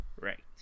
Right